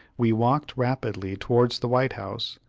we walked rapidly towards the white house,